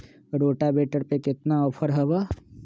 Rotavator पर केतना offer हव?